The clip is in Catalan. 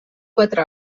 quatre